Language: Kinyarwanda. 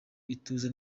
ituze